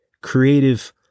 creative